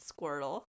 squirtle